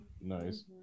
Nice